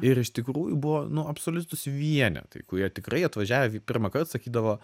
ir iš tikrųjų buvo nu absoliutūs vienetai kurie tikrai atvažiavę pirmąkart sakydavo